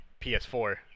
PS4